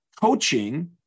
coaching